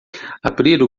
abrir